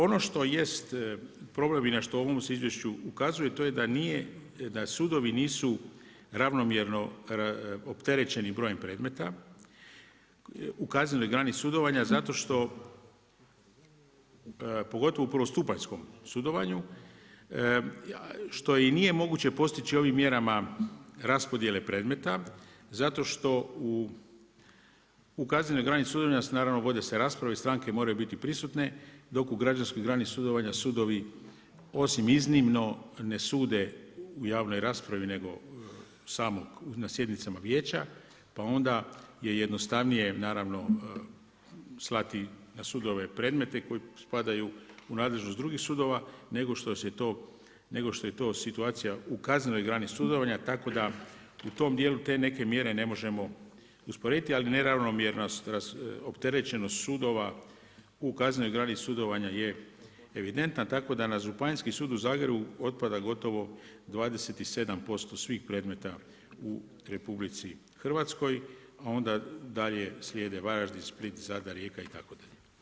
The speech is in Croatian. Ono što jest problem i na što se u ovom izvješću ukazuje je to da su sudovi nisu ravnomjerno opterećeni brojem predmeta u kaznenoj grani sudovanja zato što, pogotovo u prvostupanjskom sudovanju, što i nije moguće postići ovim mjerama raspodjele predmete zašto što u kaznenoj grani sudovanja naravno vode se rasprave i stranke moraju biti prisutne dok u građanskoj grani sudovanja, sudovi osim iznimno, ne sude u javnoj raspravi nego samo na sjednicama pa onda je jednostavnije naravno, slati na sudove predmete koji spadaju u nadležnost drugih sudova nego što je to situacija u kaznenoj grani sudovanja tako da u tom djelu te neke mjere ne možemo usporediti, ali neravnomjernost, opterećenost sudova u kaznenoj grani sudovanja je evidentno tako da na Županijski sud u Zagrebu otpada gotovo 27% svih predmeta u RH a onda dalje slijede Varaždin, Split, Zadar, Rijeka itd.